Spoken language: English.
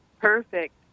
perfect